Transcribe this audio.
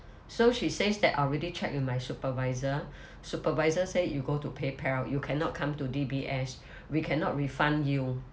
so she says that already check with my supervisor supervisor say you go to paypal you cannot come to D_B_S we cannot refund you